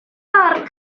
barn